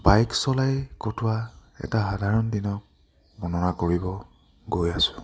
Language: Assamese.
বাইক চলাই কটোৱা এটা সাধাৰণ দিনক বৰ্ণনা কৰিব গৈ আছোঁ